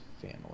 family